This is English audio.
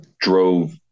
drove